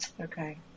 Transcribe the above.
Okay